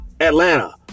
Atlanta